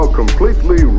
completely